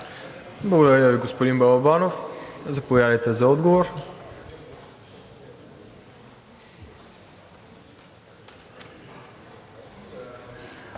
Благодаря Ви, господин Балабанов. Заповядайте за отговор.